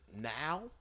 now